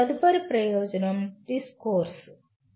తదుపరి ప్రయోజనం "డిస్కోర్స్"